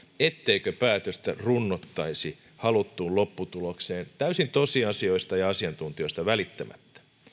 etteikö päätöstä runnottaisi haluttuun lopputulokseen täysin tosiasioista ja asiantuntijoista välittämättä